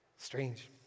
Strange